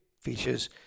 features